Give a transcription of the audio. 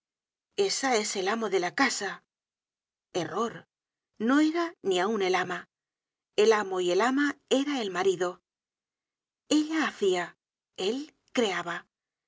esa es el amo de la casa error no era ni aun el ama el amo y el ama era el marido ella hacia él creaba